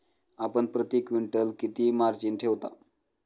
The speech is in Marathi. आपण प्रती क्विंटल किती मार्जिन ठेवता?